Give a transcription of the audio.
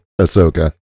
Ahsoka